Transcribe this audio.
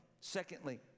Secondly